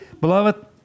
Beloved